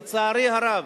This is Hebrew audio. לצערי הרב,